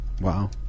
Wow